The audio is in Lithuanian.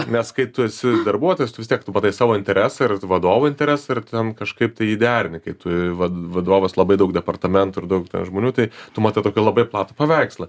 nes kai tu esi darbuotojas vis tiek tu matai savo interesą ir vadovų interesą ir ten kažkaip tai jį derini kai tu vat vadovas labai daug departamentų ir daug žmonių tai tu matai tokį labai platų paveikslą